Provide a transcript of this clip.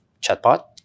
chatbot